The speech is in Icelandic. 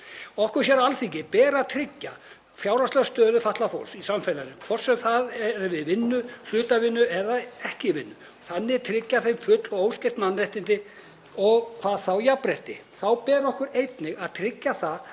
Okkur hér á Alþingi ber að tryggja fjárhagslega stöðu fatlaðs fólks í samfélaginu, hvort sem það er í vinnu, hlutavinnu eða ekki í vinnu, og tryggja þeim full og óskert mannréttindi og hvað þá jafnrétti. Þá ber okkur einnig að tryggja það